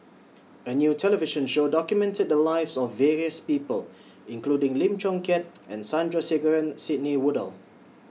A New television Show documented The Lives of various People including Lim Chong Keat and Sandrasegaran Sidney Woodhull